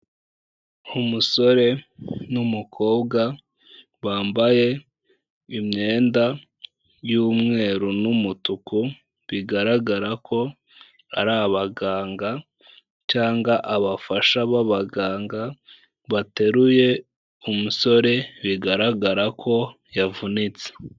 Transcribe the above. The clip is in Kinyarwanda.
Umusore n'umukobwa bambaye imyenda y'umweru n'umutuku, bigaragara ko ari abaganga cyangwa abafasha b'abaganga, bateruye umusore, bigaragara ko yavunitse.